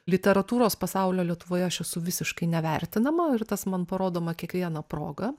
literatūros pasaulio lietuvoje aš esu visiškai nevertinama ir tas man parodoma kiekviena proga